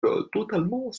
totalement